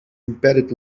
embedded